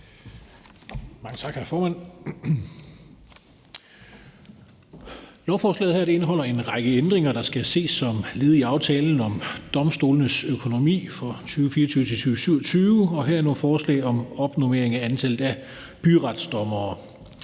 Mange tak, hr. formand. Lovforslaget her indeholder en række ændringer, der skal ses som led i aftalen om domstolenes økonomi for 2024-2027, og her er nogle forslag om opnormering af antallet af byretsdommere.